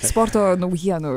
sporto naujienų